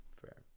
Fair